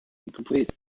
incomplete